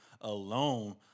alone